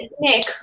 Nick